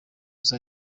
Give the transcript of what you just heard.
izo